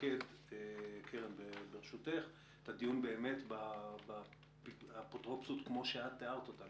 נמקד את הדיון באפוטרופסות כפי שאת תיארת אותה.